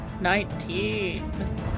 Nineteen